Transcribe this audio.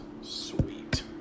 Sweet